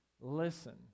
listen